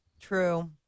true